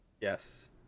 Yes